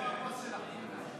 נתקבלה.